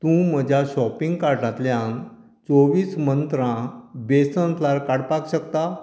तूं म्हज्या शॉपींग कार्टांतल्यान चोव्वीस मंत्रा बेसन फ्लार काडपाक शकता